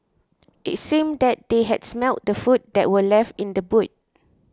it seemed that they had smelt the food that were left in the boot